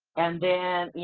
and then, you